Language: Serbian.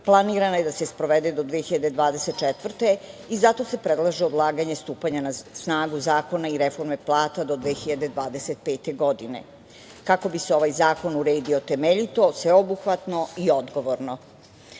planirana je da se sprovede do 2024. godine i zato se predlaže odlaganje stupanja na snagu zakona i reforme plata do 2025. godine kako bi se ovaj zakon uredio temeljito, sveobuhvatno i odgovorno. Ovim